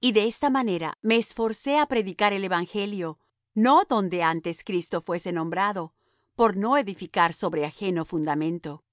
y de esta manera me esforcé á predicar el evangelio no donde antes cristo fuese nombrado por no edificar sobre ajeno fundamento